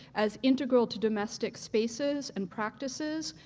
as integral to domestic spaces and practices,